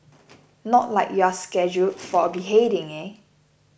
not like you're scheduled for a beheading